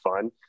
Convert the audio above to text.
fun